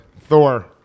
Thor